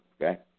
Okay